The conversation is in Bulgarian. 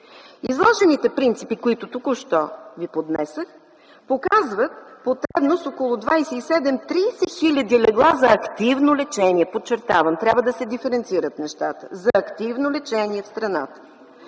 Изложените принципи, които току-що ви поднесох показват потребност от около 27-30 хиляди легла за активно лечение, подчертавам, трябва да се диференцират нещата – за активно лечение в страната.